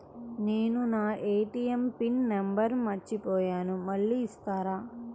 నేను నా ATM PIN number మర్చిపోయాను మళ్ళీ ఇస్తారా?